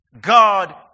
God